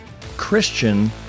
Christian